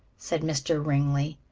said mr. ringley.